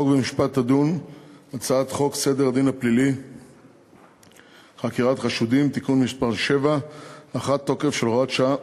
תדון בהצעת חוק מיסוי מקרקעין (תיקון מס' 81 והוראת שעה),